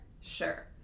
sure